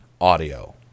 audio